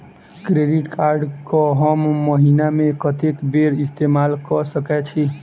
Credit card कऽ हम महीना मे कत्तेक बेर इस्तेमाल कऽ सकय छी?